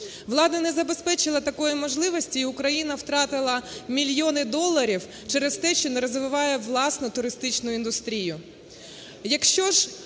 влада не забезпечила такої можливості, і Україна втратила мільйони доларів через те, що не розвиває власну туристичну індустрію.